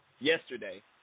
yesterday